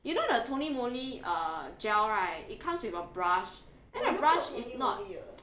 you know the Tony Moly uh gel right it comes with a brush then the brush is